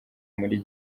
muri